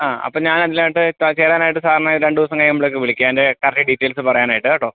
ആ അപ്പം ഞാൻ എല്ലാമായിട്ട് കയറാനായിട്ട് സാറിനെ രണ്ടു ദിവസം കഴിയുമ്പോഴേക്ക് വിളിക്കാം എൻ്റെ കറൻറ്റ് ഡീറ്റേയ്ൽസ്സ് പറയാനായിട്ട് കേട്ടോ